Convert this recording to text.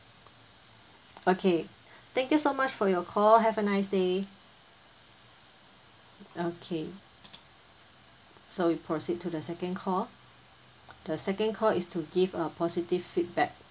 okay thank you so much for your call have a nice day okay so we proceed to the second call the second call is to give a positive feedback